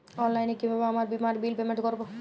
অনলাইনে কিভাবে আমার বীমার বিল পেমেন্ট করবো?